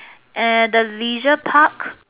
and the leisure park